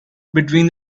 between